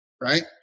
right